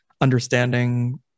understanding